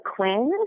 Quinn